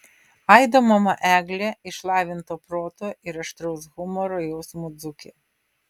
aido mama eglė išlavinto proto ir aštraus humoro jausmo dzūkė